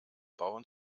bauen